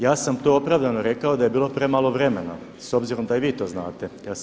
Ja sam to opravdano rekao da je bilo premalo vremena s obzirom da i vi to znate.